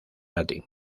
latín